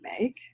make